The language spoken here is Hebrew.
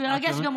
הוא ירגש גם אותך.